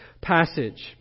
passage